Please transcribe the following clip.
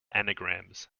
anagrams